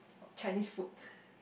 Chinese food